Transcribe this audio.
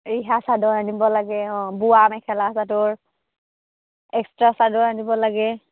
ৰিহা চাদৰ আনিব লাগে অঁ বোৱা মেখেলা চাদৰ এক্সট্ৰা চাদৰ আনিব লাগে